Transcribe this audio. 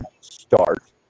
start